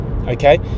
okay